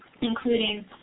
including